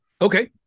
Okay